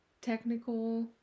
technical